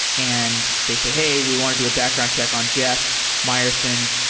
and they say, hey, we want to do a background check on jeff meyerson.